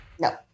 No